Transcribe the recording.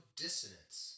dissonance